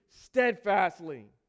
steadfastly